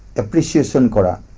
propitious and but